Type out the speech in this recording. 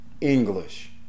English